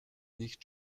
nicht